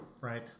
Right